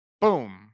Boom